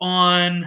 on